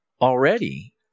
already